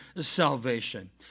salvation